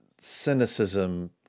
cynicism